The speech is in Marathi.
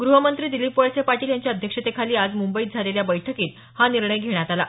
ग्रहमंत्री दिलीप वळसे पाटील यांच्या अध्यक्षतेखाली आज मुंबईत झालेल्या बैठकीत हा निर्णय घेण्यात आला